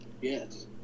Yes